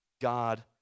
God